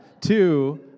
two